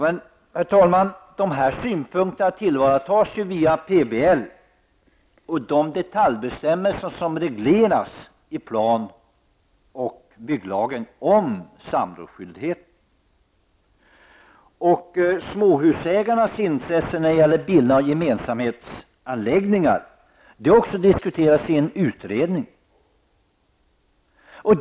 Men, herr talman, dessa intressen tillvaratas via PBL och de detaljbestämmelser om samrådsskyldighet som finns i plan och bygglagen. Småhusägarnas intresse vid bildandet av gemensamhetsanläggningar har också diskuerats i en utredning.